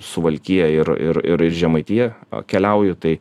suvalkiją ir ir ir žemaitiją keliauju tai